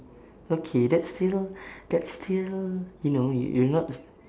okay that's still that's still you know y~ you're not